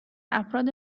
افراد